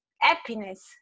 happiness